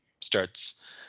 starts